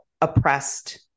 oppressed